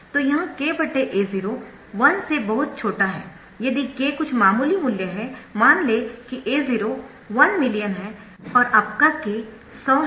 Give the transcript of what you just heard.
तो यह k A0 1 से बहुत छोटा है यदि k कुछ मामूली मूल्य है मान लें कि A0 1 मिलियन है और आपका k 100 है